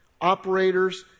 operators